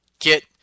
get